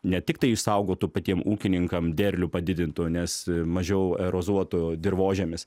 ne tiktai išsaugotų patiem ūkininkam derlių padidintų nes mažiau erozuotų dirvožemis